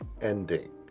ending